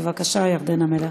בבקשה, ירדנה מלר.